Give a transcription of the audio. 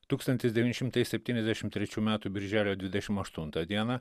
tūkstantis devyni šimtai septyniasdešim trečių metų birželio dvidešim aštuntą dieną